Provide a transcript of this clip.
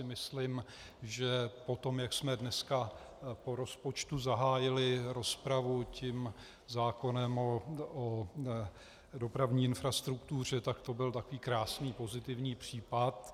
Myslím, že po tom, jak jsme dneska po rozpočtu zahájili rozpravu tím zákonem o dopravní infrastruktuře, tak to byl takový krásný pozitivní případ.